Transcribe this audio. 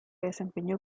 desempeñó